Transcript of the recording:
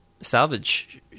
salvage